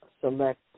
select